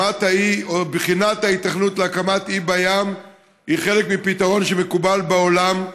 בחינת ההיתכנות להקמת אי בים היא חלק מפתרון שמקובל בעולם,